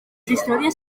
històries